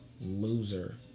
loser